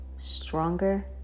Stronger